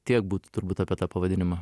tiek būtų turbūt apie tą pavadinimą